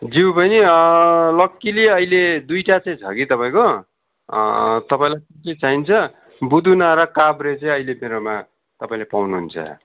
ज्यू बहिनी लक्किली अहिले दुइटा चाहिँ छ कि तपाईँको तपाईँलाई कति चाहिन्छ बुदुना र काब्रे चाहिँ अहिले मेरोमा तपाईँले पाउनुहुन्छ